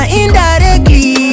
indirectly